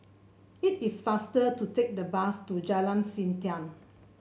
it is faster to take the bus to Jalan Siantan